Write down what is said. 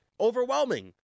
Overwhelming